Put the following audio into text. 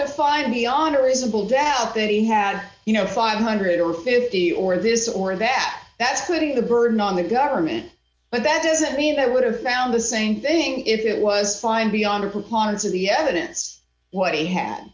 to find me on a reasonable doubt they had you know five hundred or fifty or this or that that's putting the burden on the government but that doesn't mean they would have found the same thing if it was find beyond appliances the evidence what he had